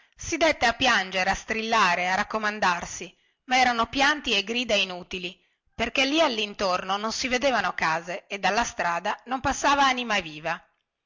si dette a piangere a strillare a raccomandarsi ma erano pianti e grida inutili perché lì allintorno non si vedevano case e dalla strada non passava anima viva